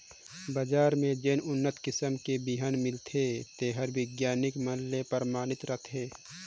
बजार में जेन उन्नत किसम के बिहन मिलथे तेहर बिग्यानिक मन ले परमानित रथे